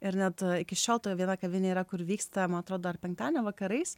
ir net iki šiol ta viena kavinė yra kur vyksta man atrodo ar penktadienio vakarais